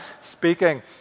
speaking